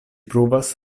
pruvas